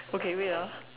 okay wait ah